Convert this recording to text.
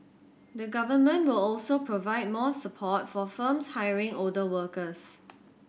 the Government will also provide more support for firms hiring older workers